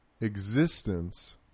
existence